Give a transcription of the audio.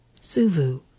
Suvu